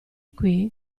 qui